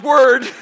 Word